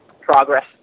progress